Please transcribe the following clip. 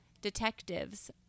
detectives